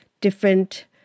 different